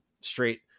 straight